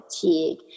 fatigue